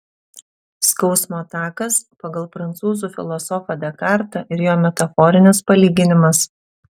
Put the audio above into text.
skausmo takas pagal prancūzų filosofą dekartą ir jo metaforinis palyginimas